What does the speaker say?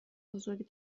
بزرگ